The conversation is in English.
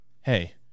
hey